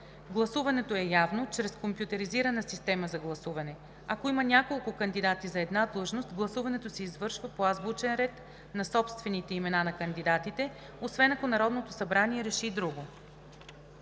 Гласуването е явно чрез компютризираната система за гласуване. Ако има няколко кандидати за една длъжност, гласуването се извършва по азбучен ред на собствените имена на кандидатите освен ако Народното събрание реши друго.